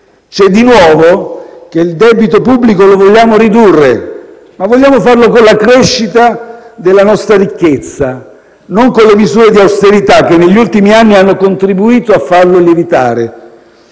C'è di nuovo che il debito pubblico lo vogliamo ridurre, ma vogliamo farlo con la crescita della nostra ricchezza, non con le misure di austerità, che negli ultimi anni hanno contribuito a farlo lievitare.